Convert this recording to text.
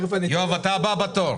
יואב, אתה הבא בתור.